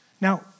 Now